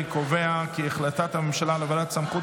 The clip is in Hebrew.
אני קובע כי החלטת הממשלה על העברת סמכויות